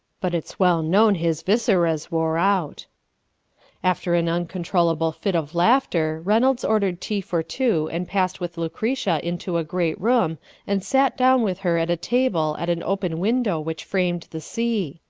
but it's well known his viscera's wore out after an uncontrollable fit of laughter, reynolds ordered tea for two and passed with lucretia into a great room and sat down with her at a table at an open window which framed the sea.